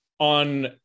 On